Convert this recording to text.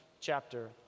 chapter